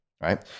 right